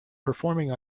performing